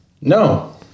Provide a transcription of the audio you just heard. No